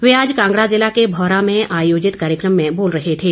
वे आज कांगड़ा जिला के भौरा में आयोजित कार्यक्रम में बोल रहे थे